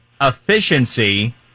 efficiency